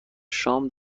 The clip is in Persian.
شام